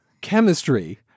chemistry